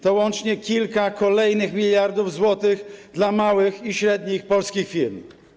To łącznie kilka kolejnych miliardów złotych dla małych i średnich polskich firm.